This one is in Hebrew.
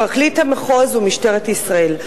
פרקליט המחוז ומשטרת ישראל.